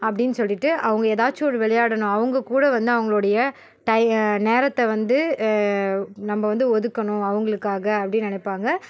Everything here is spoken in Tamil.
அப்டீன்னு சொல்லிட்டு அவங்க எதாச்சும் ஒரு விளையாடணும் அவங்க கூட வந்து அவங்களுடைய நேரத்தை வந்து நம்ம வந்து ஒதுக்கணும் அவங்களுக்காக அப்படினு நினைப்பாங்க